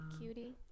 cutie